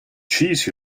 cheese